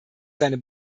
seine